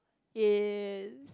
is